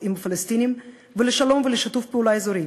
עם הפלסטינים ולשלום ולשיתוף פעולה אזורי.